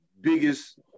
biggest